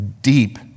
deep